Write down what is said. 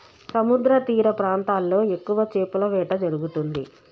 సముద్రతీర ప్రాంతాల్లో ఎక్కువ చేపల వేట జరుగుతుంది